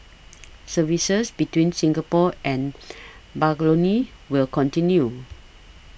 services between Singapore and Barcelona will continue